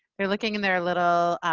they're looking in their little.